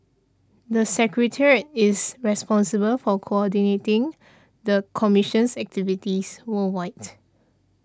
the secretariat is responsible for coordinating the commission's activities worldwide